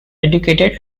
educated